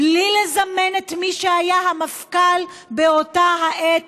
בלי לזמן את מי שהיה המפכ"ל באותה העת,